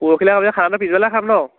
পৰখিলৈ আমি খানাতো পিছবেলা খাম ন